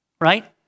right